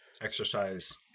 exercise